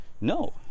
No